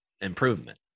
improvement